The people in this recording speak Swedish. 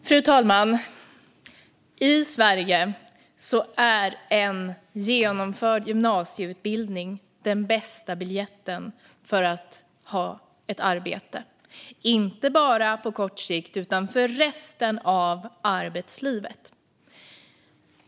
Fru talman! I Sverige är en genomförd gymnasieutbildning den bästa biljetten till ett arbete, inte bara på kort sikt utan för resten av arbetslivet.